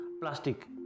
Plastic